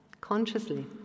consciously